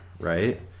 Right